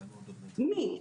מי?